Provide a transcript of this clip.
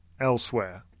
elsewhere